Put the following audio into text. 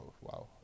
wow